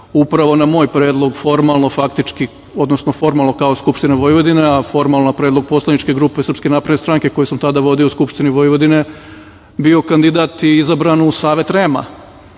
upravo na moj predlog formalno faktički, odnosno formalno kao Skupština Vojvodina, a formalno na predlog poslaničke grupe SNS koje sam tada vodio u Skupštini Vojvodin, bio kandidat i izabran u Savet REM-a